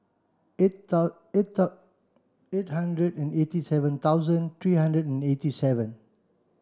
eight eight eight hundred and eighty seven thousand three hundred and eighty seven